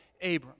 Abram